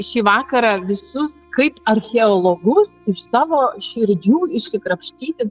šį vakarą visus kaip archeologus iš savo širdžių išsikrapštyti